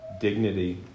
dignity